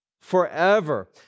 forever